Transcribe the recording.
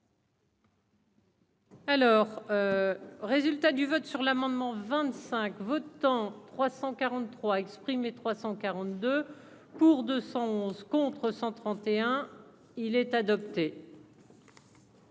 Alors, résultat du vote sur l'amendement 25 votants, 343 exprimés 342 pour 211 contre 131 il est adopté.